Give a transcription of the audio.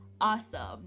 Awesome